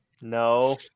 No